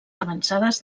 avançades